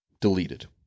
Deleted